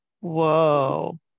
Whoa